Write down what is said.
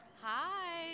Hi